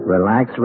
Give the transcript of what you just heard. Relax